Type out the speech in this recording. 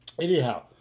anyhow